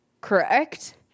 correct